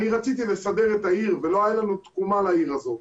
אני רציתי לסדר את העיר ולא היה לנו תקומה לעיר הזאת,